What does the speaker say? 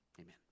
amen